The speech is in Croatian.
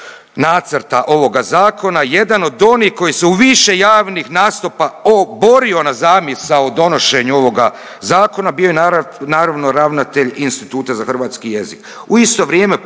nacrata ovoga zakona jedan od onih koji su u više javnih nastupa oborio na zamisao o donošenju ovoga zakona bio je naravno ravnatelj Instituta za hrvatski jezik.